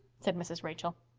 said mrs. rachel.